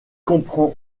comprend